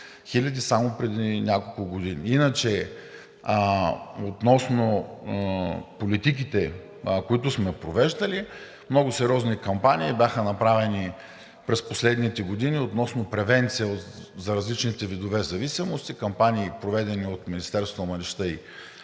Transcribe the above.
хиляди само преди няколко години. Иначе относно политиките, които сме провеждали, много сериозни кампании бяха направени през последните години относно превенция за различните видове зависимости, кампании, проведени от Министерството на младежта и